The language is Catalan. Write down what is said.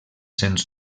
sens